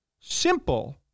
simple